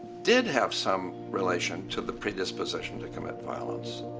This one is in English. did have some relation to the predisposition to commit violence,